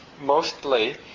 mostly